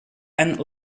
and